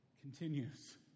continues